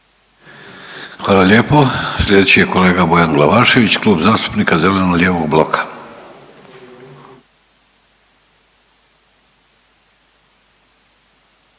Hvala lijepo. Sljedeći je kolega Bojan Glavašević Klub zastupnika Zeleno-lijevog bloka. **Glavašević,